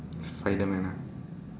spider man ah